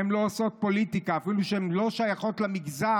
הן לא עושות פוליטיקה, אפילו שהן לא שייכות למגזר.